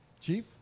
Chief